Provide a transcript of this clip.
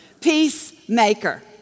Peacemaker